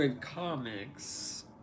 Comics